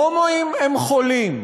הומואים הם חולים,